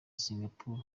singapore